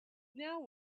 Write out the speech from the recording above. now